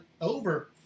over